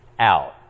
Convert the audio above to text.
out